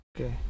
Okay